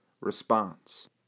response